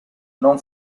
non